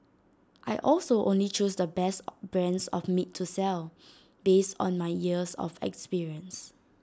I also only choose the best brands of meat to sell based on my years of experience